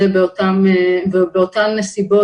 ובאותן נסיבות